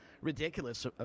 Ridiculous